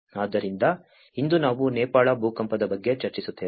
ಆದ್ದರಿಂದ ಇಂದು ನಾವು ನೇಪಾಳ ಭೂಕಂಪದ ಬಗ್ಗೆ ಚರ್ಚಿಸುತ್ತೇವೆ